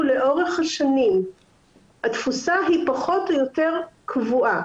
לאורך השנים התפוסה היא פחות או יותר קבועה,